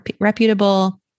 reputable